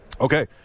Okay